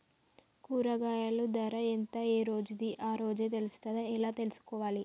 కూరగాయలు ధర ఎంత ఏ రోజుది ఆ రోజే తెలుస్తదా ఎలా తెలుసుకోవాలి?